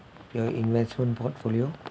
your investment portfolio